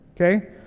okay